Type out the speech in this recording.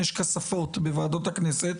יש כספות בוועדות הכנסת.